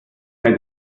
mehr